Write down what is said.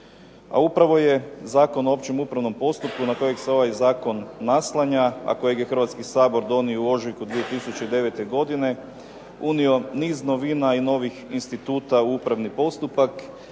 A upravo je Zakon o općem upravnom postupku, na kojeg se ovaj zakon naslanja, a kojeg je Hrvatski sabor donio u ožujku 2009. godine unio niz novina i novih instituta u upravni postupak